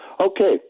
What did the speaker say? Okay